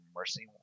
mercy